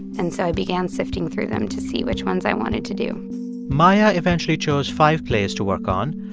and so i began sifting through them to see which ones i wanted to do maia eventually chose five plays to work on.